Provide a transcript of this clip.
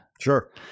sure